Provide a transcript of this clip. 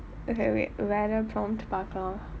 okay wait வேற:vera prompt பார்க்கலாம்:paarkkalaam